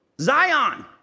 Zion